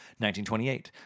1928